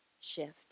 shift